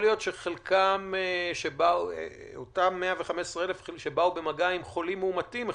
להיות שאותם 115,000 שבאו במגע עם חולים מאומתים,